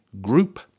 group